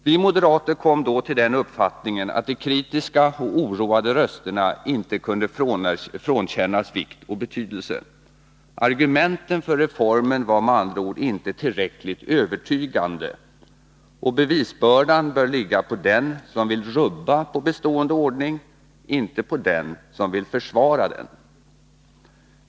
Vi moderater kom då till den uppfattningen att de kritiska och oroade rösterna inte kunde frånkännas vikt och betydelse. Argumenten för reformen var med andra ord inte tillräckligt övertygande. Och bevisbördan bör ligga på den som vill rubba på bestående ordning — inte på den som vill försvara denna.